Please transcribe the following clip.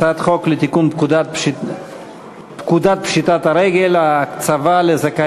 הצעת חוק לתיקון פקודת פשיטת הרגל (הקצבה לזכאי